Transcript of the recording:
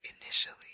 initially